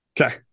Okay